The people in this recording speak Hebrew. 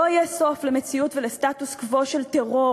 לא יהיה סוף למציאות ולסטטוס-קוו של טרור